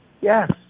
Yes